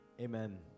Amen